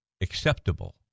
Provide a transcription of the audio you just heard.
acceptable